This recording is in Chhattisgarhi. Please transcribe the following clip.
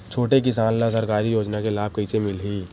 छोटे किसान ला सरकारी योजना के लाभ कइसे मिलही?